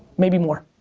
maybe more.